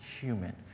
human